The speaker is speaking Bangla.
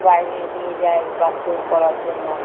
বাইরে নিয়ে যাই বাথরুম করার জন্য